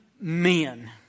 men